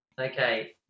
Okay